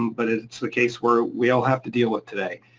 but it's the case where we all have to deal with today.